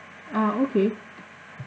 uh okay